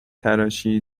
تراشی